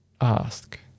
Ask